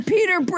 Peter